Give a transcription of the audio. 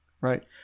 Right